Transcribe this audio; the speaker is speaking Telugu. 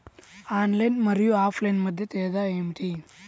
ఆన్లైన్ మరియు ఆఫ్లైన్ మధ్య తేడా ఏమిటీ?